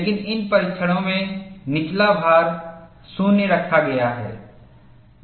लेकिन इन परीक्षणों में निचला भार 0 रखा गया है